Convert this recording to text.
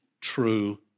true